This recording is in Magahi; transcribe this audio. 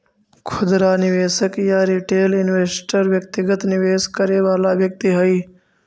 खुदरा निवेशक या रिटेल इन्वेस्टर व्यक्तिगत निवेश करे वाला व्यक्ति हइ